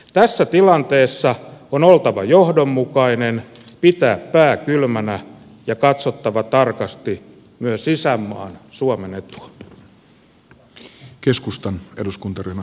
tässä tilanteessa on oltava johdonmukainen pidettävä pää kylmänä ja katsottava tarkasti myös isänmaan suomen etua